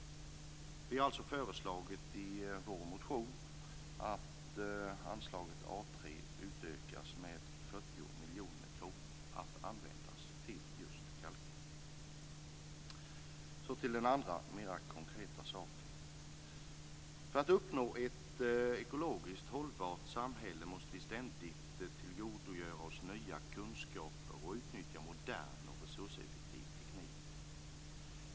Vi har alltså föreslagit i vår motion att anslaget A 3 utökas med 40 miljoner kronor att användas till just kalkning. Så till den andra mera konkreta saken. För att uppnå ett ekologiskt hållbart samhälle måste vi ständigt tillgodogöra oss nya kunskaper och utnyttja modern och resurseffektiv teknik.